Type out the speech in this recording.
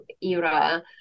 era